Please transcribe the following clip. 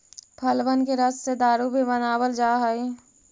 फलबन के रस से दारू भी बनाबल जा हई